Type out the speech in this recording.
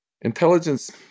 Intelligence